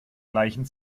gleichen